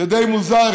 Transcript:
זה די מוזר,